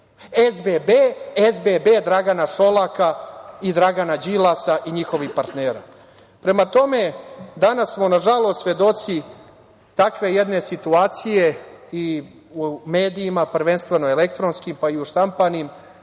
SBB, Dragana Šolaka, Dragana Đilasa i njihovih partnera. Prema tome, danas smo, nažalost, svedoci takve jedne situacije i u medijima, prvenstveno elektronskim, pa i u štampanim,